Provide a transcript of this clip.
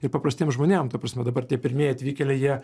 ir paprastiem žmonėm ta prasme dabar tie pirmieji atvykėliai jie